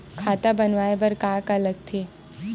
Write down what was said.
खाता बनवाय बर का का लगथे?